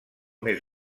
més